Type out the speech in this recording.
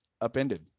Upended